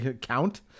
count